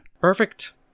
perfect